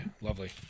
lovely